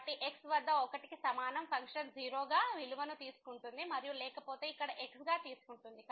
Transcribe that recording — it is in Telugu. కాబట్టి x వద్ద 1 కి సమానం ఫంక్షన్ 0 గా విలువను తీసుకుంటుంది మరియు లేకపోతే ఇక్కడ x గా తీసుకుంటుంది